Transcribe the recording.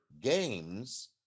games